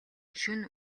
шөнө